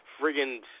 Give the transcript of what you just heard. friggin